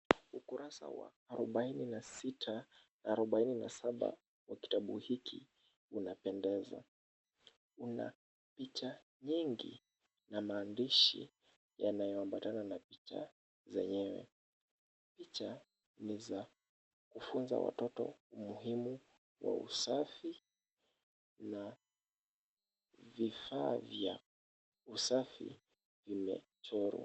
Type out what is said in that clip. Ukurasa wa 46 na 47 wa kitabu hiki unapendeza. Una picha nyingi na maandishi yanayoambatana na picha zenyewe. Picha ni za kufunza watoto umuhimu wa usafi na vifaa vya usafi vimechorwa.